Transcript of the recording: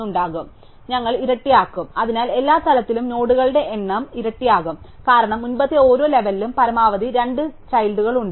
ഉണ്ടാകും അതിനാൽ ഞങ്ങൾ ഇരട്ടിയാകും അതിനാൽ എല്ലാ തലത്തിലും നോഡുകളുടെ എണ്ണം ഇരട്ടിയാകും കാരണം മുമ്പത്തെ ഓരോ ലെവലിലും പരമാവധി രണ്ട് കുട്ടികളുണ്ട്